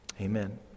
Amen